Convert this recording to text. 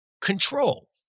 control